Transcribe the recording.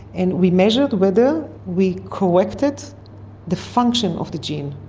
and we measured whether we corrected the function of the gene,